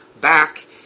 back